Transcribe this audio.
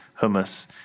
hummus